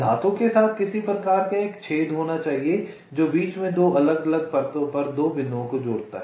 धातु के साथ किसी प्रकार का एक छेद होना चाहिए जो बीच में 2 अलग अलग परतों पर 2 बिंदुओं को जोड़ता है